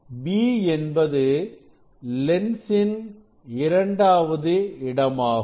v என்பது லென்ஸின் இரண்டாவது இடமாகும்